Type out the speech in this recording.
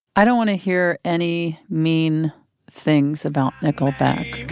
i don't want to hear any mean things about nickelback